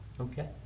Okay